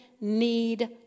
need